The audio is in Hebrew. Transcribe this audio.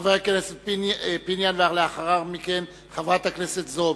חבר הכנסת פיניאן, ולאחר מכן, חברת הכנסת זועבי.